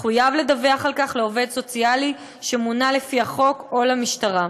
מחויב לדווח על כך לעובד סוציאלי שמונה לפי החוק או למשטרה.